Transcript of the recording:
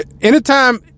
Anytime